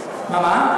מה?